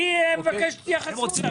אני מבקש התייחסות.